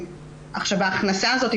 ההכנסה הזאת,